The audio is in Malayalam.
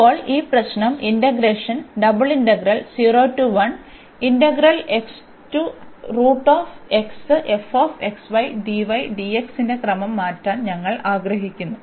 ഇപ്പോൾ ഈ പ്രശ്നം ഇന്റഗ്രേഷൻ ന്റെ ക്രമം മാറ്റാൻ ഞങ്ങൾ ആഗ്രഹിക്കുന്നു